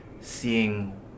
seeing